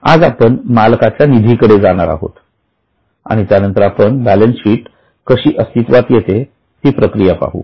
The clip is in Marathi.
आज आपण मालकाच्यानिधी कडे जाणार आहोत आणि त्यानंतर आपण बॅलन्स शीट कशी अस्तित्वात येते ती प्रक्रिया पाहू